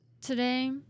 today